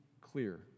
clear